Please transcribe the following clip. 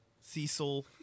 Cecil